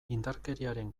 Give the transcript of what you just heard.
indarkeriaren